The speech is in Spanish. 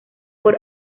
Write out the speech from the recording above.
por